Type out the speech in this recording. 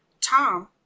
Tom